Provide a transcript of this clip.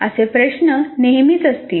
असे प्रश्न नेहमीच असतील